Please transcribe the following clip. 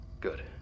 Good